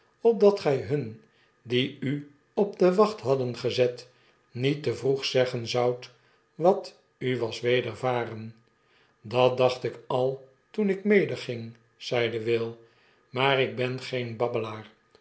opdat gij hun die u op de wacht hadden gezet niet te vroeg zeggen zoudt wat u was wedervaren dat dacht ik al toenik medeging zeide will w maar ik ben geen babbelaar